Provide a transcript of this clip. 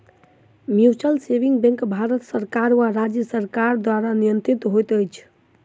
mutual saving bank Bharat सरकार वा राज्य सरकार द्वारा नियंत्रित होइत छै